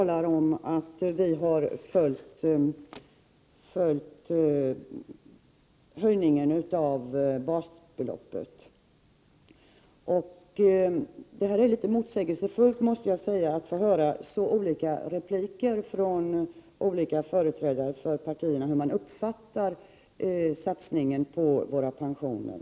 De säger att vi enbart har följt höjningen av basbeloppet. Det framstår som litet motsägelsefullt när man hör hur företrädare för de olika partierna uppfattar satsningen på våra pensioner.